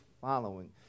following